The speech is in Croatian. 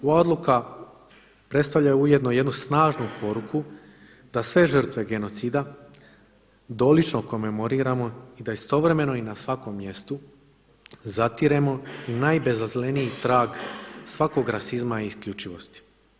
Ova odluka predstavlja ujedno jednu snažnu poruku da sve žrtve genocida dolično komemoriramo i da istovremeno i na svakom mjestu zatiremo i najbezazleniji trag svakog rasizma i isključivosti.